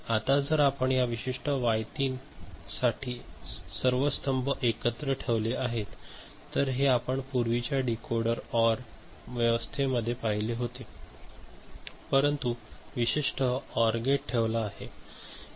आता जर आपण या विशिष्ट वाय 3 साठी सर्व स्तंभ एकत्र ठेवलेले आहे तर हे आपण पूर्वीच्या डीकोडर ओआर व्यवस्थेमध्ये पाहिले होते परंतु विशेषतः ओर गेट ठेवला आहे